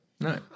No